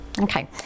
Okay